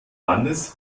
landes